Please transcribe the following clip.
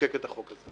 לחוקק את החוק הזה.